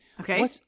Okay